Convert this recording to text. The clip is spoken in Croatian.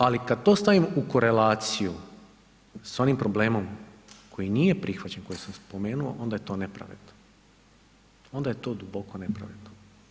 Ali kad to stavim u korelaciju sa onim problemom koji prihvaćen koji sam spomenu onda je to nepravedno, onda je to duboko nepravedno.